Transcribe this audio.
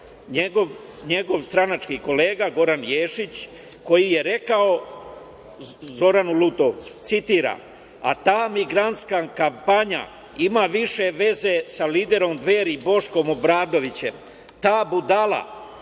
njegov stranački kolega, Goran Ješić koji je rekao Zoranu Lutovcu, citiram – a ta migranstka kampanja ima više veze sa liderom Dveri Boškom Obradovićem, ta budala